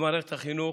במערכת החינוך,